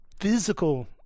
physical